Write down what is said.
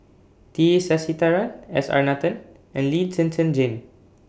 T Sasitharan S R Nathan and Lee Zhen Zhen Jane